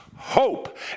Hope